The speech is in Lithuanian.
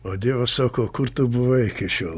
o dievas sako kur tu buvai iki šiol